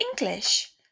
English